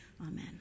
Amen